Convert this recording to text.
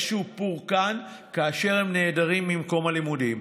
פורקן כאשר הם נעדרים ממקום הלימודים,